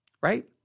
Right